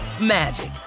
magic